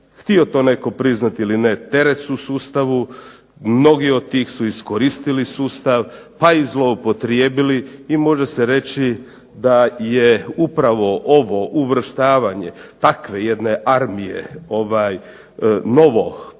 htio to netko priznati ili ne teret su sustavu. Mnogi od tih su iskoristili sustav, pa i zloupotrijebili i može se reći da je upravo ovo uvrštavanje takve jedne armije